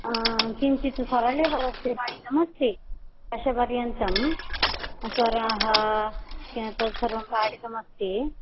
किञ्चित् सरळेवरसे पाठितमस्ति दशपर्यन्तं स्वराः किं तत्सर्वं पाठितमस्ति